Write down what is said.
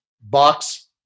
box